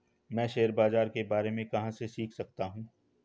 मैं शेयर बाज़ार के बारे में कहाँ से सीख सकता हूँ?